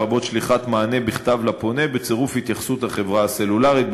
לרבות שליחת מענה בכתב לפונה בצירוף התייחסות החברה הסלולרית.